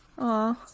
Aw